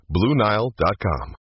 BlueNile.com